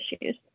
issues